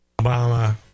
Obama